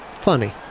Funny